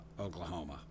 Oklahoma